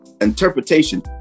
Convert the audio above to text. interpretation